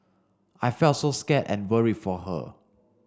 I felt so scared and worry for her